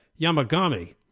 Yamagami